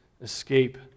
escape